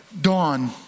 dawn